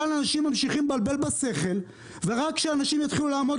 כאן אנשים ממשיכים לבלבל בשכל; ורק כשאנשים יתחילו לעמוד